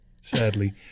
sadly